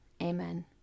amen